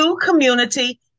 community